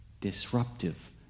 disruptive